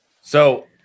So-